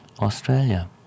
Australia